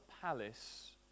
palace